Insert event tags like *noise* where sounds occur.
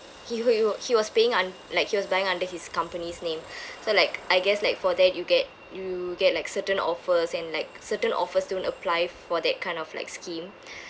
he wa~ he wa~ he was paying un~ like he was buying under his company's name *breath* so like I guess like for that you get you get like certain offers and like certain offers don't apply for that kind of like scheme *breath*